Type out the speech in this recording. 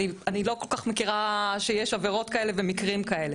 אני לא כל כך מכירה שיש עבירות כאלה ומקרים כאלה.